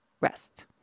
rest